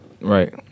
Right